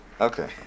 okay